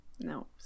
No